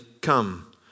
come